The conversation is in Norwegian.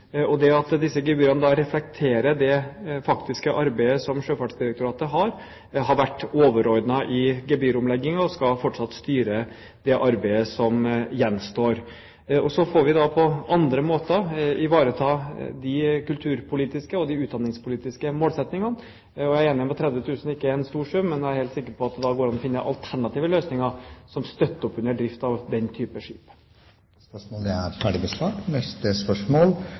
Det at disse gebyrene reflekterer det faktiske arbeidet som Sjøfartsdirektoratet har, har vært overordnet i gebyromleggingen og skal fortsatt styre det arbeidet som gjenstår. Så får vi på andre måter ivareta de kulturpolitiske og de utdanningspolitiske målsettingene. Jeg er enig i at 30 000 kr ikke er en stor sum, men jeg er helt sikker på at det går an å finne alternative løsninger som støtter opp under drift av den type skip. Vi går videre til spørsmål 7. «Statens vegvesen er